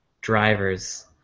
drivers